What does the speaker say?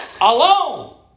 alone